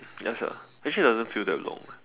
ya sia actually doesn't feel that long eh